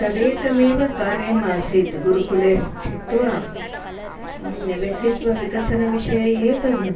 तदेकमेव कार्यम् आसीत् गुरुकुले स्थित्वा व्यक्तित्वविकसनविषय एव